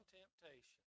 temptation